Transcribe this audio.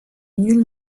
nul